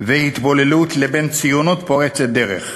והתבוללות לבין ציונות פורצת דרך.